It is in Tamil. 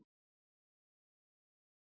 வருகிறேன்